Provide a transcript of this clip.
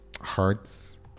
Hearts